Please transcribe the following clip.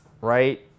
right